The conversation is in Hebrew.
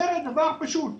אומר דבר פשוט.